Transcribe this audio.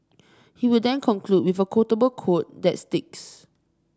he will then conclude with a quotable quote that sticks